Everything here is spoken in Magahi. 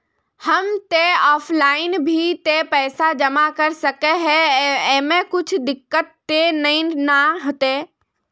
हम ते ऑफलाइन भी ते पैसा जमा कर सके है ऐमे कुछ दिक्कत ते नय न होते?